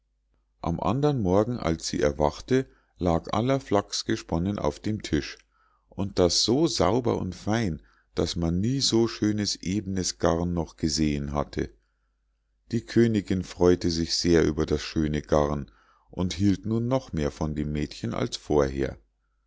am andern morgen als sie erwachte lag aller flachs gesponnen auf dem tisch und das so sauber und fein daß man nie so schönes ebnes garn noch gesehen hatte die königinn freu'te sich sehr über das schöne garn und hielt nun noch mehr von dem mädchen als vorher